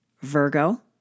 Virgo